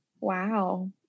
wow